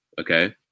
okay